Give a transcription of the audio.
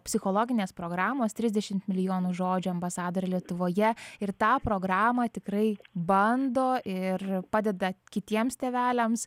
psichologinės programos trisdešim milijonų žodžių ambasadorė lietuvoje ir tą programą tikrai bando ir padeda kitiems tėveliams